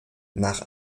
nach